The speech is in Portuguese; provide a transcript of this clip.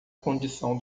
condição